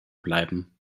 bleiben